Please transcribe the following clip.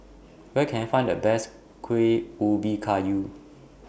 Where Can I Find The Best Kueh Ubi Kayu